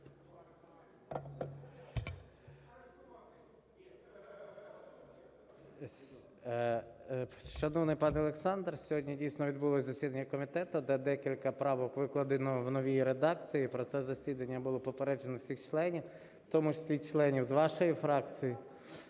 Шановний пане Олександр, сьогодні, дійсно, відбулось засідання комітету, де декілька правок викладено в новій редакції. І про це засідання було попереджено всіх членів, в тому числі і членів з вашої фракції.